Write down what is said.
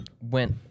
went